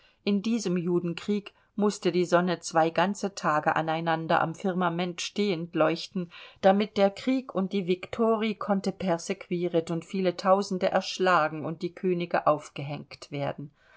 in diesem judenkrieg mußte die sonne zwei ganze tage aneinander am firmament stehend leuchten damit der krieg und die victori konnte persequieret und viele tausende erschlagen und die könige aufgehenkt werden